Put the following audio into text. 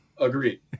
Agreed